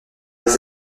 les